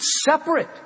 separate